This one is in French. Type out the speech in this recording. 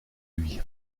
lui